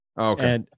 Okay